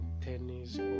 Tennis